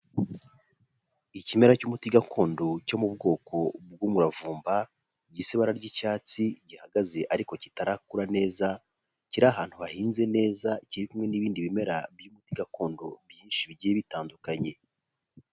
Ikimera cy'umuti gakondo cyo mu bwoko bw'umuravumba, gis’ibara ry'icyatsi gihagaze, ariko kitarakura neza. Kir’ahantu hahinze neza, kiri kumwe n'ibindi bimera by'umuti gakondo byinshi bigiye bitandukanye.